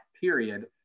period